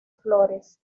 flores